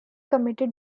committed